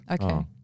Okay